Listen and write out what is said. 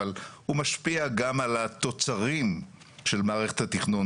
אבל הוא משפיע גם על התוצרים של מערכת התכנון.